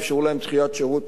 ואפשרו להם דחיית שירות,